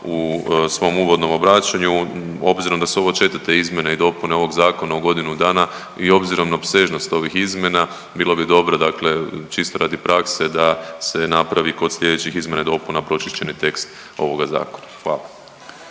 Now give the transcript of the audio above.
u svom uvodnom obraćanju. Obzirom da su ovo četvrte izmjene i dopune ovog zakona u godinu dana i obzirom na opsežnost ovih izmjena bilo bi dobro dakle, čisto radi prakse da se napravi kod slijedećih izmjena i dopuna pročišćeni tekst ovoga zakona. Hvala.